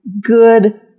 good